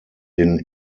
den